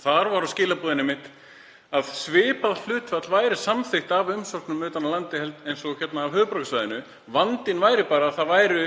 Þar voru skilaboðin þau að svipað hlutfall væri samþykkt af umsóknum utan af landi og héðan af höfuðborgarsvæðinu. Vandinn væri bara að það væru